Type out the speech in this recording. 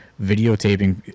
videotaping